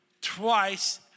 twice